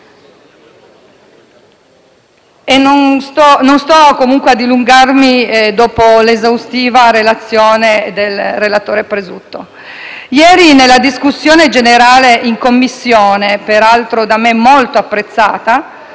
Non sto comunque a dilungarmi dopo l'esaustiva relazione del collega Dell'Olio. Ieri nella discussione generale in Commissione - peraltro da me molto apprezzata